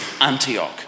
Antioch